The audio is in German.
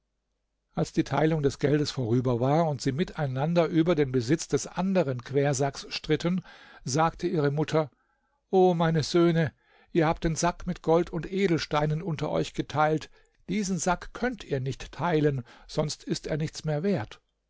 als die teilung des geldes vorüber war und sie miteinander über den besitz des anderen quersacks stritten sagte ihre mutter o meine söhne ihr habt den sack mit gold und edelsteinen unter euch geteilt diesen sack könnt ihr nicht teilen sonst ist er nichts mehr wert